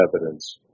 evidence